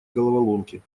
головоломки